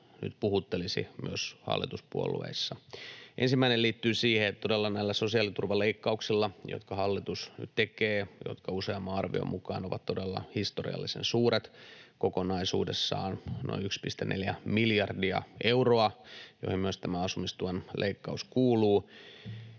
nyt puhuttelisivat myös hallituspuolueissa. Ensimmäinen liittyy siihen, että todella näillä sosiaaliturvaleikkauksilla, jotka hallitus tekee ja jotka useamman arvion mukaan ovat todella historiallisen suuret, kokonaisuudessaan noin 1,4 miljardia euroa, joihin myös tämä asumistuen leikkaus kuuluu,